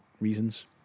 reasons